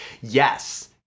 Yes